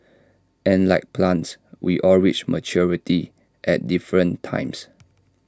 and like plants we all reach maturity at different times